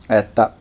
että